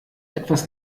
etwas